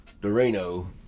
Dorino